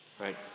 right